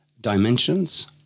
Dimensions